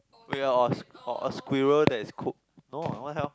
wait ah or or a squirrel that is cooked no ah what the hell